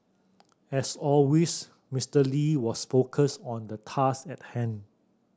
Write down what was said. as always Mister Lee was focused on the task at hand